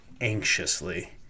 anxiously